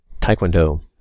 Taekwondo